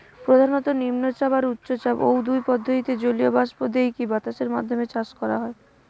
প্রধানত নিম্নচাপ আর উচ্চচাপ, ঔ দুই পদ্ধতিরে জলীয় বাষ্প দেইকি বাতাসের মাধ্যমে চাষ করা হয়